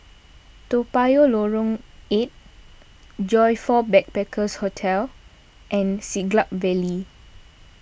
Toa Payoh Lorong eight Joyfor Backpackers' Hostel and Siglap Valley